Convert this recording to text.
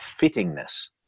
fittingness